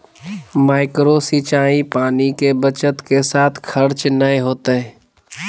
micro सिंचाई पानी के बचत के साथ खर्च नय होतय